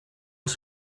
els